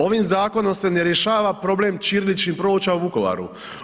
Ovim zakonom se ne rješava problem ćiriličnih ploča u Vukovaru.